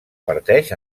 parteix